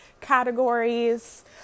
categories